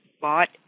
bought